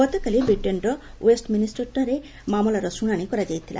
ଗତକାଲି ବ୍ରିଟେନ୍ର ଓ୍ୱେଷ୍ଟମିନିଷ୍ଟରଠାରେ ମାମଲାର ଶୁଣାଣି କରାଯାଇଥିଲା